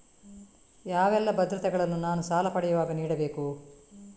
ಯಾವೆಲ್ಲ ಭದ್ರತೆಗಳನ್ನು ನಾನು ಸಾಲ ಪಡೆಯುವಾಗ ನೀಡಬೇಕು?